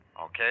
Okay